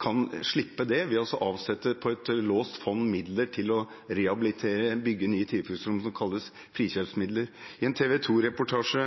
kan slippe det ved å avsette midler i et låst fond til å rehabilitere eller bygge nye tilfluktsrom. Dette kalles frikjøpsmidler. I en TV 2-reportasje